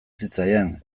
zitzaidan